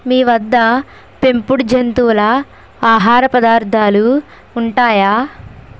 మీవద్ద పెంపుడు జంతువుల ఆహార పదార్థాలు ఉంటాయా